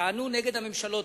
טענו נגד הממשלות,